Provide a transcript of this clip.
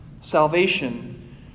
salvation